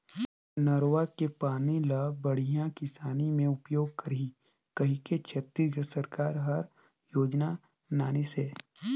नरूवा के पानी ल बड़िया किसानी मे उपयोग करही कहिके छत्तीसगढ़ सरकार हर योजना लानिसे